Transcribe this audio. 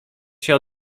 się